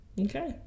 Okay